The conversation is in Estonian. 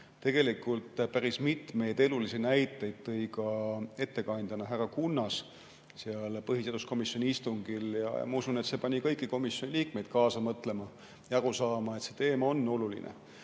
küsija! Päris mitmeid elulisi näiteid tõi ka ettekandja härra Kunnas põhiseaduskomisjoni istungil. Ma usun, et see pani kõiki komisjoni liikmeid kaasa mõtlema ja aru saama, et see teema on oluline.